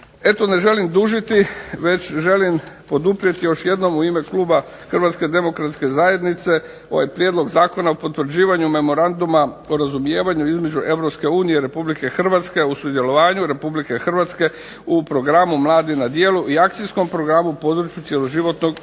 Eto ne želim dužiti već želim poduprijeti još jednom u ime kluba Hrvatske demokratske zajednice ovaj Prijedlog zakona o potvrđivanju Memoranduma o razumijevanju između Europske unije i Republike Hrvatske o sudjelovanju Republike Hrvatske u Programu Mladi na djelu i Akcijskom programu u području cjeloživotnog učenja.